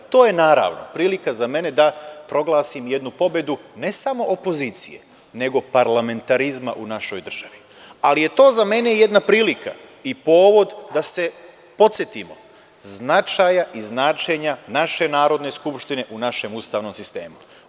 To je, naravno, prilika za mene da proglasim jednu pobedu, ne samo opozicije nego parlamentarizma u našoj državi, ali je to za mene jedna prilika i povod da se podsetimo značaja i značenja naše Narodne skupštine u našem ustavnom sistemu.